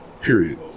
Period